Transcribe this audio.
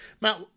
Matt